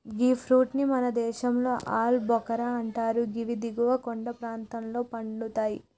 గీ fruit ని మన దేశంలో ఆల్ భుక్కర్ అంటరు గివి దిగువ కొండ ప్రాంతంలో పండుతయి